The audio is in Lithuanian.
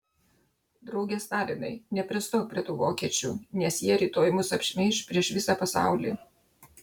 drauge stalinai nepristok prie tų vokiečių nes jie rytoj mus apšmeiš prieš visą pasaulį